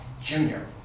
Junior